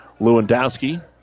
Lewandowski